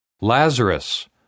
Lazarus